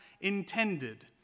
intended